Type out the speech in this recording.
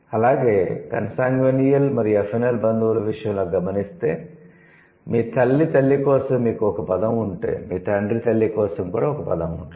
అలాగే 'కన్సాన్గ్వినియల్' మరియు 'అఫినల్' బంధువుల విషయంలో గమనిస్తే మీ తల్లి 'తల్లి' కోసం మీకు ఒక పదం ఉంటే మీ తండ్రి 'తల్లి' కోసం కూడా ఒక పదం ఉంటుంది